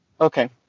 Okay